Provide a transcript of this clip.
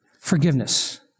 Forgiveness